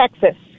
Texas